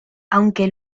aunque